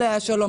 עליה השלום.